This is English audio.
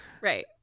Right